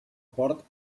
port